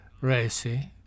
Racy